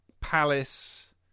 Palace